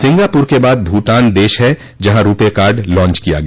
Singapore के बाद भूटान देश है जहाँ रूपे कार्ड लॉन्च किया गया